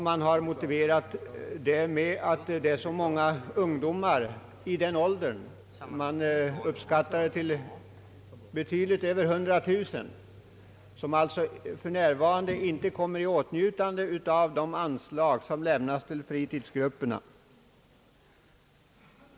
Man har motiverat detta med att det finns så många ungdomar i denna ålder — man uppskattar antalet till betydligt över 100 000 — som deltager i olika former av fritidsverksamhet men som alltså för närvarande inte kommer i åtnjutande av de bidrag som lämnas till fritidsgrupperna.